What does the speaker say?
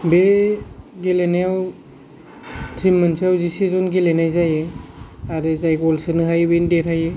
बे गेलेनायाव टिम मोनसेआव जिसेज'न गेलेनाय जायो आरो जाय ग'ल सोनो हायो बेनो देरहायो